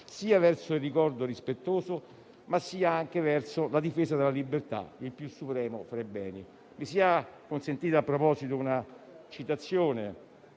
sia verso il ricordo rispettoso, sia anche verso la difesa della libertà, il più supremo tra i beni. Mi sia consentita una citazione